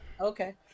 Okay